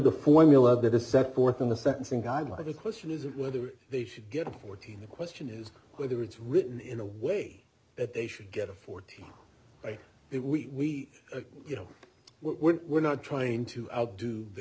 the formula that is set forth in the sentencing guidelines the question is whether they should get fourteen the question is whether it's written in a way that they should get a fourteen day it we you know we were not trying to outdo the